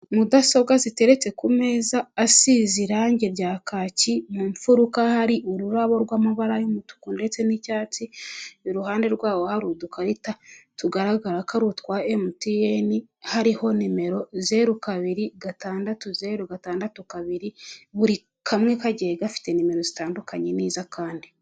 Mudasobwa ziteretse ku meza asize irangi rya kaki mu mfuruka hari ururabo rw'amabara' y'umutuku ndetse n'icyatsi, iruhande rwabo hari udukarita tugaragara ko ari utwa MTN, hariho nimero zeru kabiri, gatandatu zeru gatandatu kabiri, buri kamwe kagiye gafite nimero zitandukanye n'iza akandi.